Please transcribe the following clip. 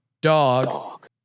dog